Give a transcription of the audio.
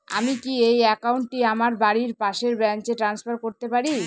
আমি কি এই একাউন্ট টি আমার বাড়ির পাশের ব্রাঞ্চে ট্রান্সফার করতে পারি?